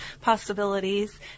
possibilities